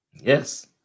yes